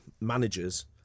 managers